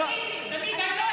אימאן ח'טיב יאסין (רע"מ,